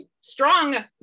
strong